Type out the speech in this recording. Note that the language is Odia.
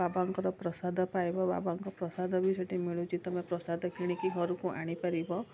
ବାବାଙ୍କର ପ୍ରସାଦ ପାଇବ ବାବାଙ୍କ ପ୍ରସାଦ ବି ସେଇଠି ମିଳୁଛି ତୁମେ ପ୍ରସାଦ କିଣିକି ଘରକୁ ବି ଆଣିପାରିବ